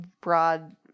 broad